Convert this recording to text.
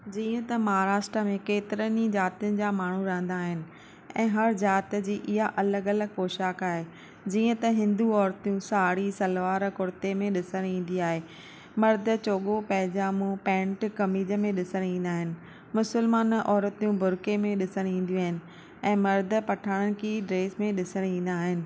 जीअं त महाराष्ट्र में केतिरनि ई जातियुनि जा माण्हू रहंदा आहिनि ऐं हर जात जी इहा अलॻि अलॻि पोशाक आहे जीअं त हिंदू औरतूं साड़ी सलवार कुरिते में ॾिसणु ईंदी आहे मर्द चोग़ो पैजामो पेंट कमीज ॾिसणु ईंदा आहिनि मुसलमान औरतियूं बुरके में ॾिसणु ईंदियूं आहिनि ऐं मर्द पठानकी ड्रेस में ॾिसणु ईंदा आहिनि